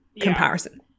comparison